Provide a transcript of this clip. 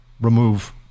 remove